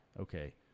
Okay